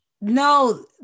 No